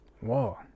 Whoa